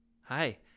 hi